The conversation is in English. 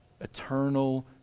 Eternal